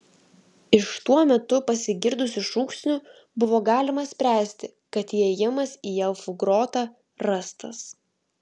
iš tuo metu pasigirdusių šūksnių buvo galima spręsti kad įėjimas į elfų grotą rastas